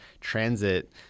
transit